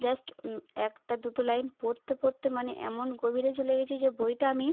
just একটা দুটো line পড়তে পড়তে মানে এমন গভীরে চলে গেছি যে বইটা আমি